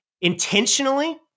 intentionally